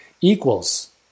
equals